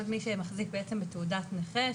כל מי שמחזיק בתעודת נכה,